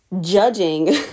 judging